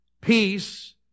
Peace